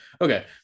okay